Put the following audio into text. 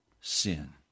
sin